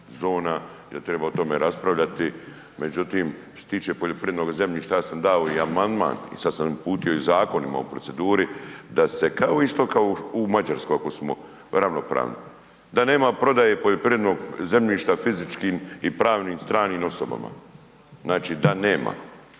zona i da treba o tome raspravljati. Međutim što se tiče poljoprivrednog zemljišta ja sam dao i amandman i sad sam uputio i zakon imamo u proceduri da se kao isto kao u Mađarskoj ako smo ravnopravni da nema prodaje poljoprivrednog zemljišta fizičkim i pravnim, stranim osobama. Znači da nema.